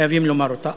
חייבים לומר אותה.